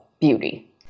beauty